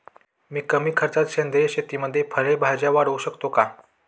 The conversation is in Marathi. मी कमी खर्चात सेंद्रिय शेतीमध्ये फळे भाज्या वाढवू शकतो का?